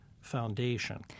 Foundation